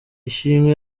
ishimwe